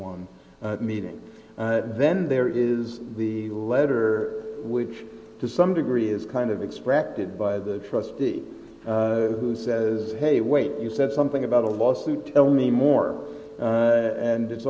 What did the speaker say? one meeting and then there is the letter which to some degree is kind of expected by the trustee who says hey wait you said something about a lawsuit tell me more and it's